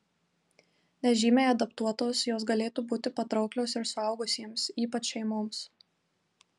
nežymiai adaptuotos jos galėtų būti patrauklios ir suaugusiesiems ypač šeimoms